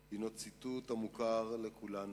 הוא ציטוט המוכר לכולנו,